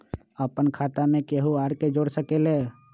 अपन खाता मे केहु आर के जोड़ सके ला?